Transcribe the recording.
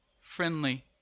friendly